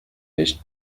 بهش